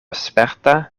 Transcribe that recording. sperta